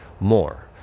more